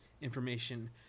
information